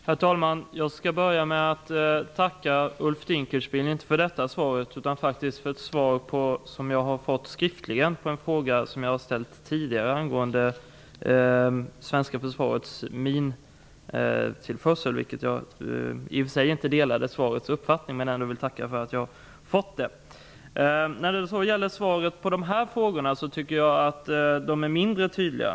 Herr talman! Jag skall börja med att tacka Ulf Dinkelspiel, inte för detta svar utan för ett svar som jag fått skiftligt. Det är ett svar på en fråga som jag har ställt tidigare angående det svenska försvarets mintillförsel. Jag delar i och för sig inte uppfattningen i svaret, men jag vill ändå tacka för att jag har fått det. Jag tycker att svaren på de här frågorna är mindre tydliga.